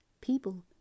people